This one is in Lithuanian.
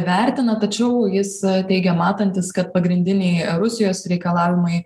vertina tačiau jis teigė matantis kad pagrindiniai rusijos reikalavimai